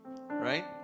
right